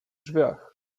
drzwiach